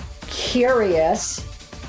Curious